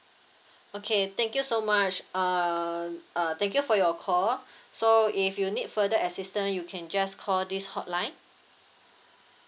okay thank you so much uh uh thank you for your call so if you need further assistance you can just call this hotline